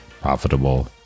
profitable